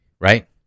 right